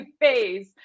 face